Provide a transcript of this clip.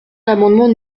l’amendement